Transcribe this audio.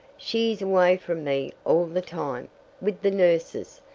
she is away from me all the time with the nurses,